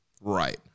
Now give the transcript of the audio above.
Right